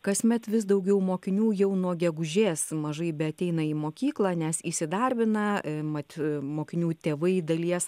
kasmet vis daugiau mokinių jau nuo gegužės mažai beateina į mokyklą nes įsidarbina mat mokinių tėvai dalies